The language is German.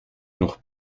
noch